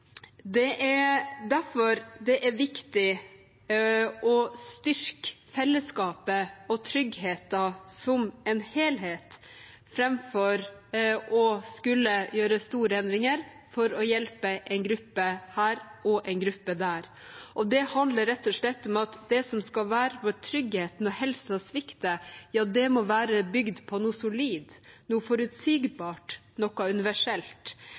Det er derfor det er viktig å styrke fellesskapet og tryggheten som en helhet, framfor å gjøre store endringer for å hjelpe en gruppe her og en gruppe der. Det handler rett og slett om at det som skal være vår trygghet når helsen svikter, må være bygd på noe solid, noe forutsigbart, noe universelt.